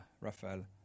Rafael